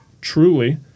truly